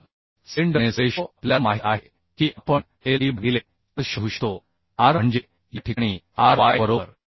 तर slenderness ratio आपल्याला माहित आहे की आपण L e भागिले r शोधू शकतो r म्हणजे या ठिकाणी r y बरोबर